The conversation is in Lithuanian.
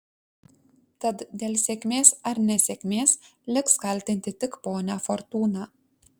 tad dėl sėkmės ar nesėkmės liks kaltinti tik ponią fortūną